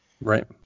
Right